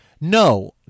No